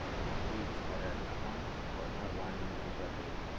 ई झाड़नमा पौधवन में उगा हई